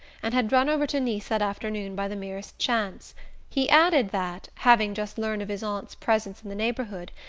and had run over to nice that afternoon by the merest chance he added that, having just learned of his aunt's presence in the neighbourhood,